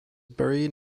buried